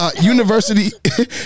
university